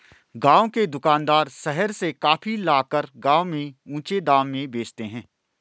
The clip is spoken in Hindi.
गांव के दुकानदार शहर से कॉफी लाकर गांव में ऊंचे दाम में बेचते हैं